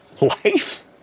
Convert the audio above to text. life